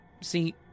See